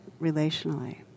relationally